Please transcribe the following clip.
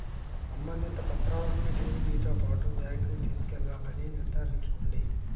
సంబంధిత పత్రాలన్నింటిని మీతో పాటు బ్యాంకుకు తీసుకెళ్లాలని నిర్ధారించుకోండి